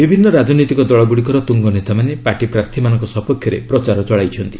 ବିଭିନ୍ନ ରାଜନୈତିକ ଦଳଗୁଡ଼ିକର ତୁଙ୍ଗ ନେତାମାନେ ପାର୍ଟି ପ୍ରାର୍ଥୀମାନଙ୍କ ସପକ୍ଷରେ ପ୍ରଚାର ଚଳାଇଛନ୍ତି